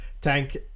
Tank